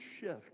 shift